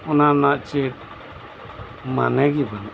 ᱚᱱᱟᱨᱮᱱᱟᱜ ᱪᱮᱫ ᱢᱟᱱᱮ ᱜᱮ ᱵᱟᱹᱱᱩᱜᱼᱟ